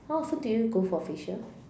how often do you go for facial